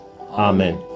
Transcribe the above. Amen